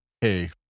hey